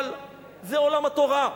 אבל זה עולם התורה,